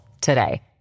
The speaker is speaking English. today